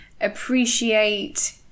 appreciate